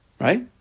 Right